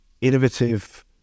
innovative